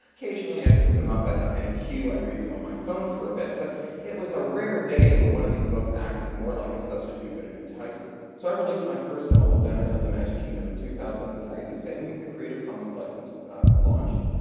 occasionally i'd pick them up, and in a queue i'd read them on my phone for a bit, but it was a rare day when one of these books acted more like a substitute than an enticement. so i released my first novel down and out in the magic kingdom in two thousand and three, the same week the creative commons licence launched,